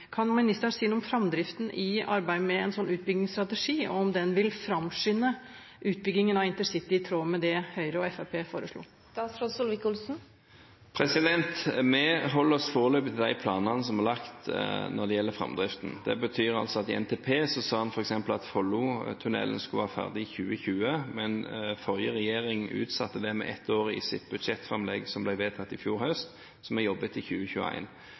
Kan ministeren si noe om framdriften i arbeidet med en slik utbyggingsstrategi, og om det vil framskynde utbyggingen av intercity, i tråd med det Høyre og Fremskrittspartiet foreslo? Vi holder oss foreløpig til de planene som er lagt når det gjelder framdriften. I NTP sa en f.eks. at Follotunnelen skulle være ferdig i 2020, men forrige regjering utsatte det med ett år i sitt budsjettframlegg, som ble vedtatt i fjor høst. Så vi jobber ut fra 2021. Jeg har som